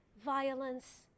violence